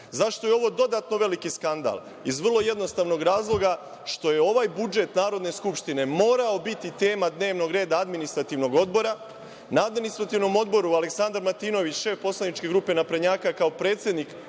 je ovo dodatno veliki skandal? Iz vrlo jednostavnog razloga što je ovaj budžet Narodne skupštine morao biti tema dnevnog reda Administrativnog odbora. Na Administrativnom odboru Aleksandar Martinović, šef poslaničke grupe naprednjaka, kao predsednik